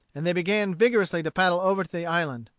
and they began vigorously to paddle over to the island.